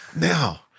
Now